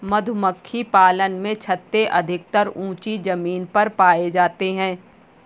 मधुमक्खी पालन में छत्ते अधिकतर ऊँची जमीन पर पाए जाते हैं